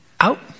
Out